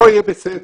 לא יהיה בסדר.